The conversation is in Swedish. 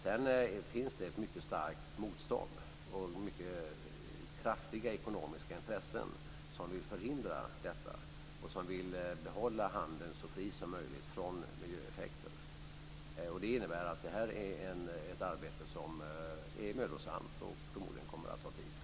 Det finns ett starkt motstånd och kraftiga ekonomiska intressen som vill förhindra detta och behålla handeln så fri som möjligt från miljöeffekter. Det innebär att det här är ett arbete som är mödosamt och som förmodligen kommer att ta tid.